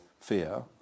fear